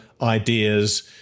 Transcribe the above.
ideas